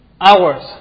Hours